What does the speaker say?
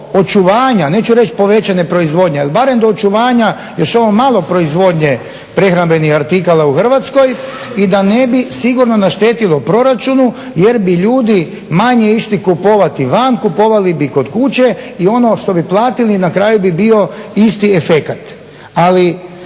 očuvanja, neću reći povećane proizvodnje ali barem do očuvanja još ovo malo proizvodnje prehrambenih artikala u Hrvatskoj i da ne bi sigurno naštetilo proračunu jer bi ljudi manje išli kupovati van, kupovali bi kod kuće i ono što bi platili na kraju bi bio isti efekt. Ali